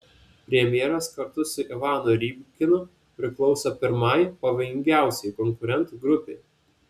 premjeras kartu su ivanu rybkinu priklauso pirmai pavojingiausiai konkurentų grupei